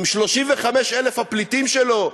עם 35,000 הפליטים שלו,